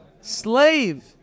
slave